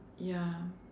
ya